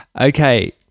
Okay